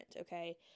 okay